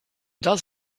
does